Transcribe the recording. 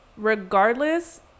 regardless